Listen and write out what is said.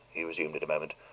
he resumed in a moment,